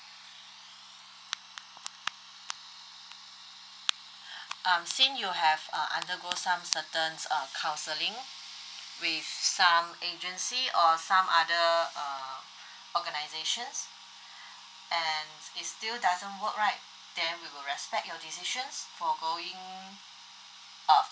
um since you have uh undergo some certain uh counseling with some agency or some other uh organisation and it's still doesn't work right then we will respect your decision for going